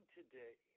today